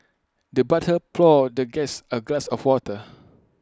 the butler poured the guest A glass of water